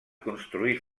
construir